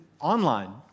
online